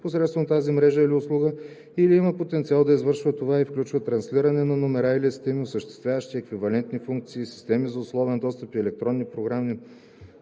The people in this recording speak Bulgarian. посредством тази мрежа или услуга или има потенциал да извършва това и включва транслиране на номера или системи, осъществяващи еквивалентни функции, системи за условен достъп и електронни програмни